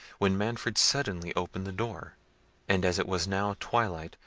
when manfred suddenly opened the door and as it was now twilight,